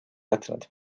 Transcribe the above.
jätnud